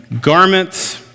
garments